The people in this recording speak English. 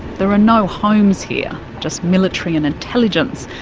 there are no homes here, just military and intelligence,